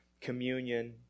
communion